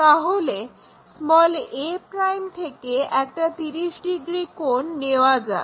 তাহলে a' থেকে একটা 30 ডিগ্রি কোণ নেওয়া যাক